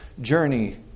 journey